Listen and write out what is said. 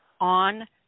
on